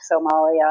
Somalia